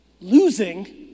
Losing